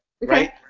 Right